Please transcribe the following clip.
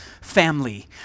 family